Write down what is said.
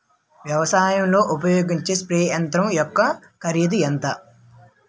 వ్యవసాయం లో ఉపయోగించే స్ప్రే యంత్రం యెక్క కరిదు ఎంత?